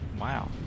Wow